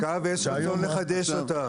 שפקעה ויש רצון לחדש אותה.